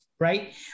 right